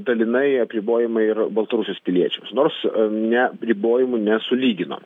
dalinai apribojimai ir baltarusijos piliečiams nors ne ribojimų nesulygino